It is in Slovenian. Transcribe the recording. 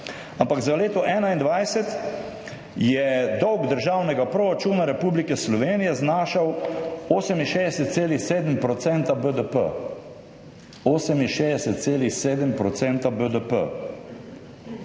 ampak za leto 2021 je dolg državnega proračuna Republike Slovenije znašal 68,7 % BDP.